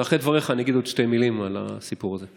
אחרי דבריך אני אגיד עוד שתי מילים על הסיפור הזה.